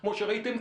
כמו שראיתם.